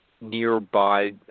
nearby